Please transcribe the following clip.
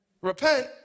Repent